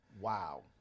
wow